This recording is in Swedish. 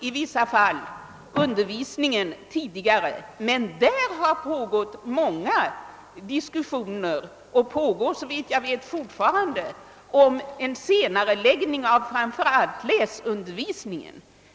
I vissa fall börjar undervisningen tidigare, men där pågår också diskussioner om en senareläggning av framför allt läsundervisningen.